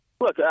look